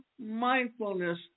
mindfulness